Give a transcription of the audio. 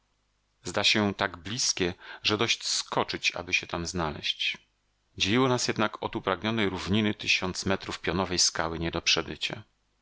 zda się tak blizkie że dość skoczyć aby się tam znaleść dzieliło nas jednak od upragnionej równiny tysiąc metrów pionowej skały nie do przebycia